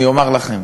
אני אומַר לכם: